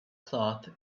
cloth